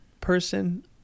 person